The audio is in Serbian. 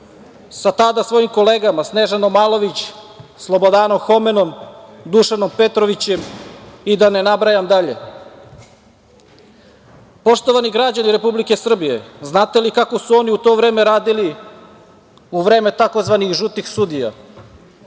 sa tada svojim kolegama Snežanom Malović, Slobodanom Homenom, Dušanom Petrovićem i da ne nabrajam dalje. Poštovani građani Republike Srbije, znate li kako su oni u to vreme radili, u vreme tzv. žutih sudija?